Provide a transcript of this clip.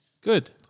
Good